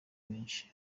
benshi